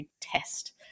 test